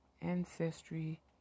ancestry